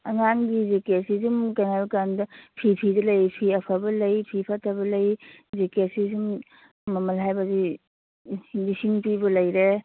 ꯑꯉꯥꯡꯒꯤ ꯖꯦꯛꯀꯦꯠꯁꯤ ꯑꯗꯨꯝ ꯀꯩꯅꯣ ꯍꯥꯏꯕꯀꯥꯟꯗ ꯐꯤꯐꯤꯗ ꯂꯩ ꯐꯤ ꯑꯐꯕ ꯂꯩ ꯐꯤ ꯐꯠꯇꯕ ꯂꯩ ꯖꯦꯛꯀꯦꯠꯁꯤꯁꯨ ꯃꯃꯜ ꯍꯥꯏꯕꯗꯤ ꯂꯤꯁꯤꯡ ꯄꯤꯕ ꯂꯩꯔꯦ